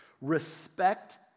Respect